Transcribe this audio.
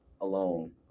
alone